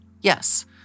Yes